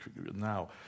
now